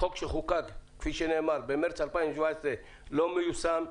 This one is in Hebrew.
חוק שחוקק, כפי שנאמר, במרס 2017, לא מיושם.